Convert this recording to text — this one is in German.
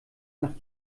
nach